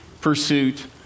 pursuit